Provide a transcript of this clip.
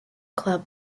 club